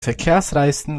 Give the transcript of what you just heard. verkehrsreichsten